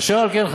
אשר על כן,